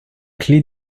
clé